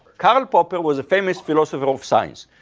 karl popper was a famous philosopher of science,